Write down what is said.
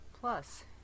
Plus